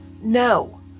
No